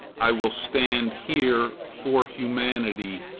i will stand here for humanity,